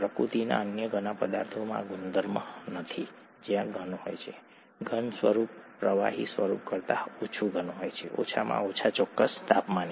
પ્રકૃતિના અન્ય ઘણા પદાર્થોમાં આ ગુણધર્મ નથી જ્યાં ઘન હોય છે ઘન સ્વરૂપ પ્રવાહી સ્વરૂપ કરતાં ઓછું ઘન હોય છે ઓછામાં ઓછા ચોક્કસ તાપમાને